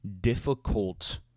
difficult